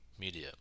media